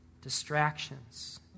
Distractions